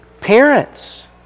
parents